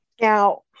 Now